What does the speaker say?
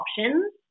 options